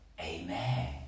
amen